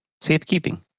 Safekeeping